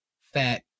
fat